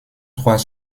trois